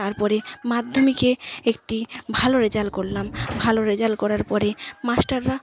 তারপরে মাধ্যমিকে একটি ভালো রেজাল্ট করলাম ভালো রেজাল্ট করার পরে মাস্টাররা